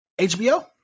HBO